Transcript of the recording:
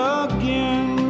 again